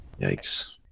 Yikes